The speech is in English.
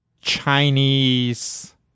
Chinese